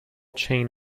chain